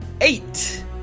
Eight